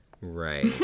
Right